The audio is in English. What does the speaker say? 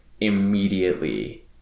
immediately